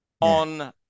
on